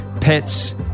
pets